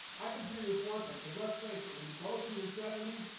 i can see this working, because let's face it, when you're both in your seventy